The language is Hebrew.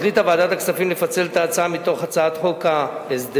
החליטה ועדת הכספים לפצל את ההצעה מתוך הצעת חוק ההסדרים